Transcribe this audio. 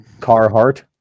Carhartt